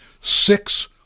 six